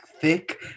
thick